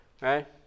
right